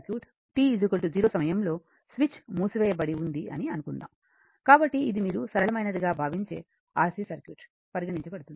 t 0 సమయంలో switch మూసివేయబడి ఉంది అని అనుకుందాం కాబట్టి ఇది మీరు సరళమైనదిగా భావించే RC సర్క్యూట్ పరిగణించబడింది